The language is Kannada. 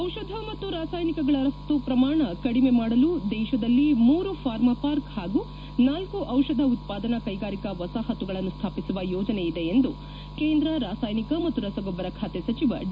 ಜಿಷಧ ಮತ್ತು ರಾಸಾಯನಿಕಗಳ ರಫ್ತು ಪ್ರಮಾಣ ಕಡಿಮೆ ಮಾಡಲು ದೇಶದಲ್ಲಿ ಮೂರು ಫಾರ್ಮಾ ಪಾರ್ಕ್ ಹಾಗೂ ನಾಲ್ಕು ದಿಷಧ ಉತ್ಪಾದನಾ ಕೈಗಾರಿಕಾ ವಸಾಹುಗಳನ್ನು ಸ್ವಾಪಿಸುವ ಯೋಜನೆ ಇದೆ ಎಂದು ಕೇಂದ್ರ ರಾಸಾಯನಿಕ ಮತ್ತು ರಸಗೊಬ್ಬರ ಖಾತೆ ಸಚಿವ ಡಿ